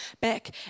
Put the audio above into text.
back